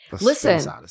Listen